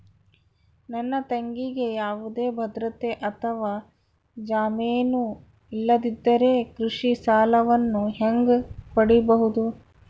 ನನ್ನ ತಂಗಿಗೆ ಯಾವುದೇ ಭದ್ರತೆ ಅಥವಾ ಜಾಮೇನು ಇಲ್ಲದಿದ್ದರೆ ಕೃಷಿ ಸಾಲವನ್ನು ಹೆಂಗ ಪಡಿಬಹುದು?